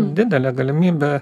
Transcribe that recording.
didelė galimybė